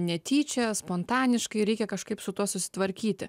netyčia spontaniškai reikia kažkaip su tuo susitvarkyti